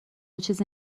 چیزی